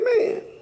Amen